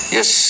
Yes